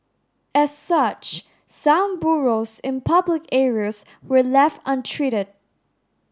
as such some burrows in public areas were left untreated